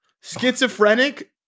schizophrenic